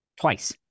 Twice